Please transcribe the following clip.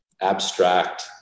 abstract